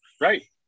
right